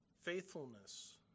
faithfulness